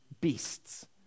beasts